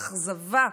האכזבה,